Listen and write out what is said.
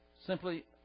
Simply